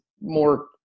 more